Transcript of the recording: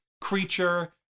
creature